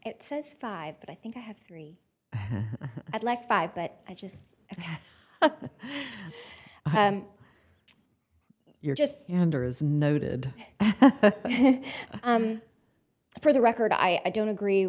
it says five i think i have three i'd like five but i just and you're just anders noted for the record i don't agree